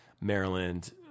Maryland